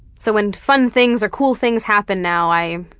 so when fun things or cool things happen now, i